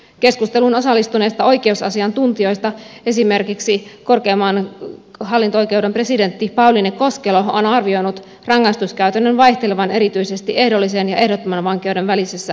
keskusteluun osallistuneista oikeusasiantuntijoista esimerkiksi korkeimman hallinto oikeuden presidentti pauliine koskelo on arvioinut rangaistuskäytännön vaihtelevan erityisesti ehdollisen ja ehdottoman vankeuden välisessä rajanvedossa